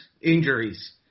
injuries